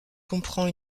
comprend